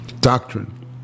doctrine